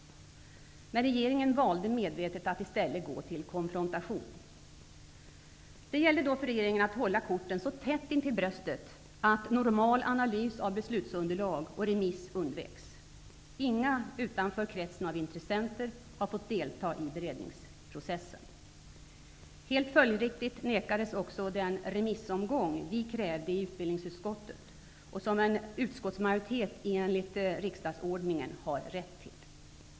Men regeringen valde medvetet att gå till konfrontation. Det gällde då för regeringen att hålla korten så tätt intill bröstet att normal analys av beslutsunderlag och remiss undveks. Inga utanför kretsen av intressenter har fått delta i beredningsprocessen. Helt följdriktigt nekades också den remissomgång som vi krävde i utbildningsutskottet och som en utskottsminoritet enligt riksdagsordningen har rätt till.